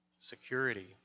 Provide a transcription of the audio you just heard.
security